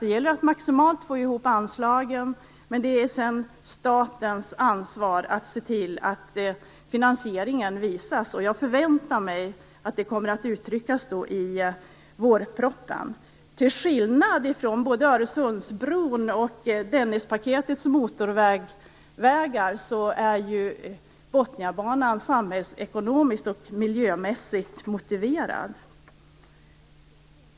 Det gäller att få ihop maximala anslag, men det är sedan statens ansvar att visa på finansieringen. Jag förväntar mig att det kommer att uttryckas i vårpropositionen. Till skillnad från både Öresundsbron och Dennispaketets motorvägar är Botniabanan både samhällsekonomiskt och miljömässigt motiverad.